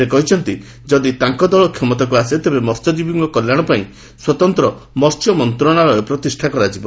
ସେ କହିଛନ୍ତି ଯଦି ତାଙ୍କ ଦଳ କ୍ଷମତାକୁ ଆସେ ତେବେ ମହ୍ୟଜୀବୀଙ୍କ କଲ୍ୟାଣ ପାଇଁ ସ୍ୱତନ୍ତ୍ର ମହ୍ୟ ମନ୍ତ୍ରଣାଳୟ ପ୍ରତିଷ୍ଠା କରାଯିବ